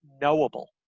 knowable